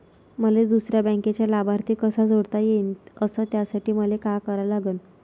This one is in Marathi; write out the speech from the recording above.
मले दुसऱ्या बँकेचा लाभार्थी कसा जोडता येईन, अस त्यासाठी मले का करा लागन?